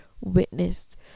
witnessed